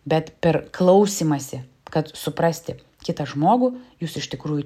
bet per klausymąsi kad suprasti kitą žmogų jūs iš tikrųjų